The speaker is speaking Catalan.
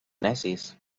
necis